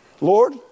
Lord